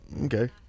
Okay